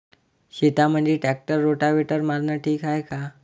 शेतामंदी tractor rotavator मारनं ठीक हाये का?